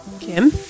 Kim